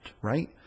right